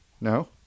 No